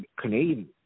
Canadian